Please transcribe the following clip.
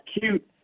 cute